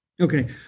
Okay